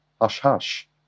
hush-hush